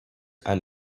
and